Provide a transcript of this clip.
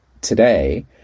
today